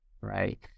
right